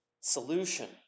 solution